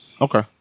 okay